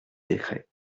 décret